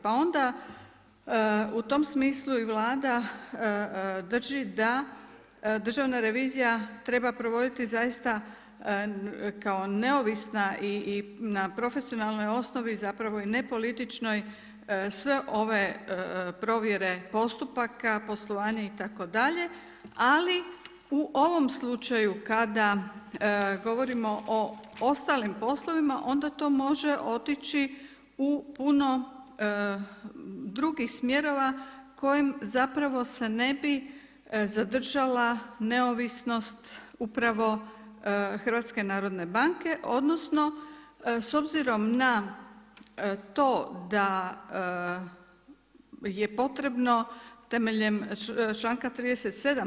Pa onda u tom smislu i Vlada drži da Državna revizija treba provoditi zaista kao neovisna i na profesionalnoj osnovi zapravo i nepolitičnoj sve ove provjere postupaka poslovanja itd., ali u ovom slučaju kada govorimo o ostalim poslovima onda to može otići u puno drugih smjerova kojim zapravo se ne bi zadržala neovisnost upravo HNB-a odnosno s obzirom na to da je potrebno temeljem članka 37.